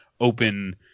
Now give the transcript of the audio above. open